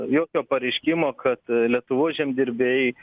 jokio pareiškimo kad lietuvos žemdirbiai